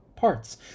parts